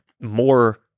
more